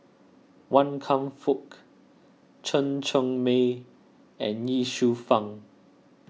Wan Kam Fook Chen Cheng Mei and Ye Shufang